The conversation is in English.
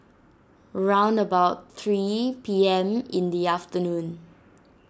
round about three P M in the afternoon